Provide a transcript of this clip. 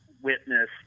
witness